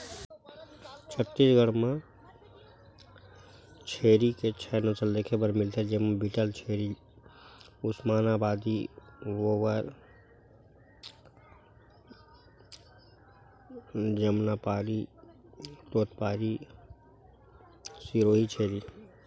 छत्तीसगढ़ म छेरी के छै नसल देखे बर मिलथे, जेमा बीटलछेरी, उस्मानाबादी, बोअर, जमनापारी, तोतपारी, सिरोही छेरी